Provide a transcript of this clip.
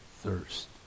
thirst